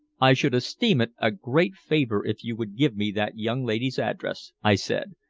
i should esteem it a great favor if you would give me that young lady's address, i said,